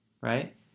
right